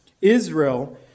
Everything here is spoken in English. Israel